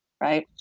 right